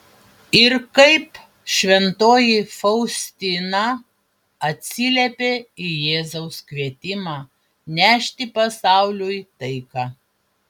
ir kaip šventoji faustina atsiliepė į jėzaus kvietimą nešti pasauliui taiką